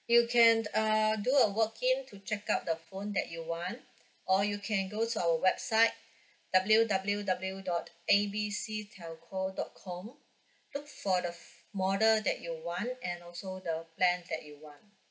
you can uh do a walk in to check out the phone that you want or you can go to our website W W W dot A B C telco dot com look for the model that you want and also the plan that you want